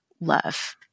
love